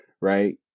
right